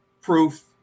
proof